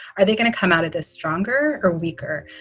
are they going to come out of this stronger or weaker?